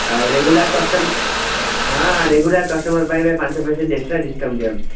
ଆଉ regular customer ହଁ regular customer ପାଇବେ ପାଞ୍ଚ ପରସେଣ୍ଟ ଏକ୍ସଟ୍ରା ଡିସ୍କାଉଣ୍ଟ ଦିଆହେଉଛି